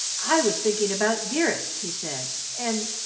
i was thinking about dearest, he said and,